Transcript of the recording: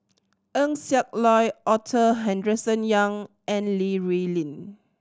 Eng Siak Loy Arthur Henderson Young and Li Rulin